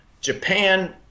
Japan